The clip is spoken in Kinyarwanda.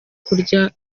kurya